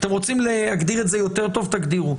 אם אתם רוצים להגדיר את זה טוב יותר, תגדירו.